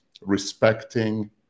respecting